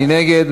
מי נגד?